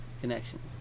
Connections